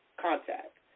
contact